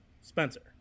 spencer